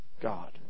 God